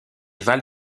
val